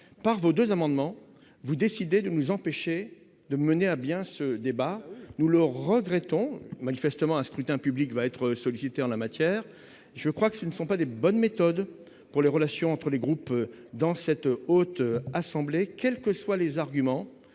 par vos 2 amendements, vous décidez de nous empêcher de mener à bien ce débat, nous le regrettons manifestement un scrutin public va être sollicité en la matière, je crois que ce ne sont pas des bonnes méthodes pour les relations entre les groupes dans cette haute assemblée, quelles que soient les arguments